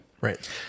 Right